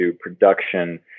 production